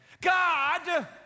God